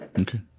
Okay